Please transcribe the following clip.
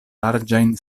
larĝajn